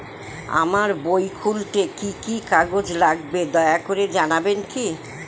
আমার বই খুলতে কি কি কাগজ লাগবে দয়া করে জানাবেন কি?